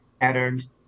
patterns